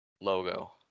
logo